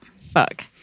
Fuck